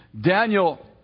Daniel